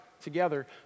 together